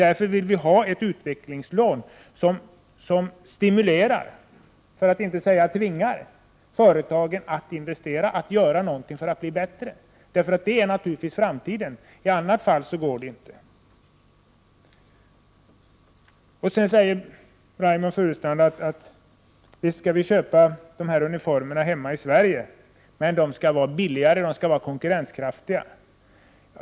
Därför vill vi ha ett utvecklingslån som stimulerar, för att inte säga tvingar, företagen att investera och göra någonting för att bli bättre i framtiden. Annars går det inte. Vidare säger Reynoldh Furustrand att vi visst skall köpa uniformerna hemma i Sverige, men då skall de vara billigare och konkurrenskraftiga.